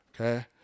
okay